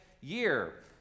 year